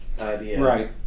Right